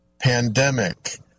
pandemic